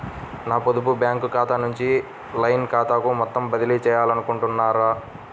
నా పొదుపు బ్యాంకు ఖాతా నుంచి లైన్ ఖాతాకు మొత్తం బదిలీ చేయాలనుకుంటున్నారా?